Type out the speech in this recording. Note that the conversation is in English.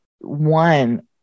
one